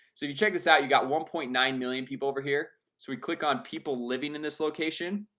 so you check this out. you got one point nine million people over here so we click on people living in this location.